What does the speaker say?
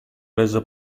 reso